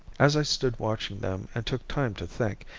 as i stood watching them and took time to think,